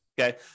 okay